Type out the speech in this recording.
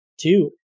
two